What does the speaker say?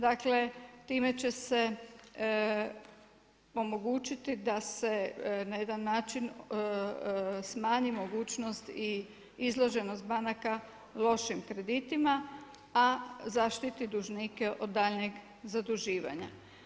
Dakle, time će se omogućiti da se na jedan način smanji mogućnost i izloženost banaka lošim kreditima, a zaštiti dužnike od danjeg zaduživanja.